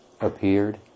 appeared